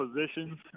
positions